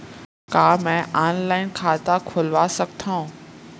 का मैं ऑनलाइन खाता खोलवा सकथव?